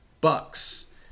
Bucks